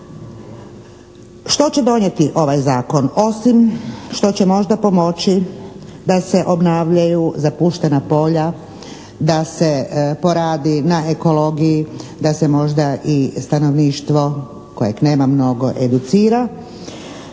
Što će donijeti ovaj Zakon osim što će možda pomoći da se obnavljaju zapuštena polja, da se poradi na ekologiji, da se možda i stanovništvo kojeg nema mnogo educira